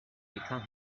become